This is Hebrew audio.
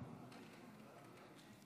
אדוני היושב-ראש,